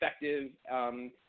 effective